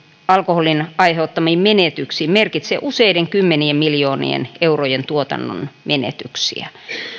alkoholin aiheuttamiin menetyksiin merkitsee useiden kymmenien miljoonien eurojen tuotannon menetyksiä